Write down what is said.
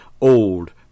old